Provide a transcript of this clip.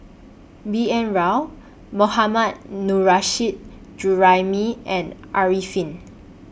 B N Rao Mohammad Nurrasyid Juraimi and Arifin